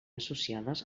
associades